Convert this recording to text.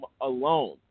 alone